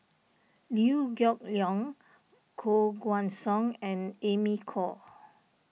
Liew Geok Leong Koh Guan Song and Amy Khor